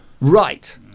right